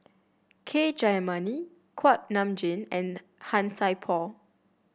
K Jayamani Kuak Nam Jin and Han Sai Por